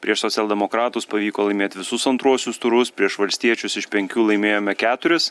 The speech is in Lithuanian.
prieš socialdemokratus pavyko laimėt visus antruosius turus prieš valstiečius iš penkių laimėjome keturis